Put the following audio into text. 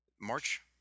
March